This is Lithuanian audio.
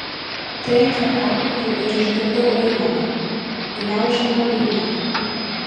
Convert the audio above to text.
trenkė prakaitu ir išgirdau aimaną gniaužiamą aimaną